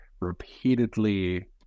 Repeatedly